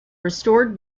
restored